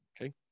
Okay